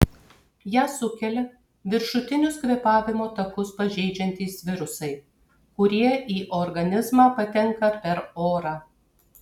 ją sukelia viršutinius kvėpavimo takus pažeidžiantys virusai kurie į organizmą patenka per orą